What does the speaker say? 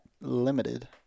limited